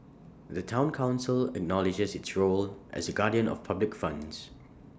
the Town Council acknowledges its role as A guardian of public funds